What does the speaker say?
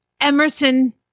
Emerson